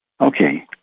Okay